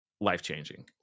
life-changing